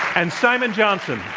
and simon johnson.